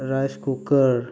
rice cooker